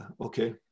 okay